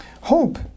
Hope